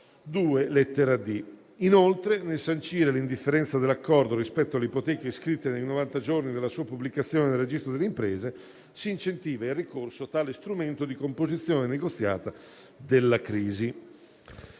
Inoltre, nel sancire l'indifferenza dell'accordo rispetto alle ipoteche iscritte nei novanta giorni dalla sua pubblicazione nel registro delle imprese, si incentiva il ricorso a tale strumento di composizione negoziata della crisi.